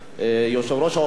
יושב-ראש האופוזיציה,